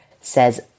says